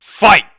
Fight